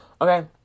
Okay